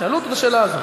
שאלו אותו את השאלה הזאת.